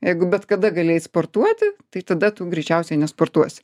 jeigu bet kada gali eit sportuoti tai tada tu greičiausiai nesportuosi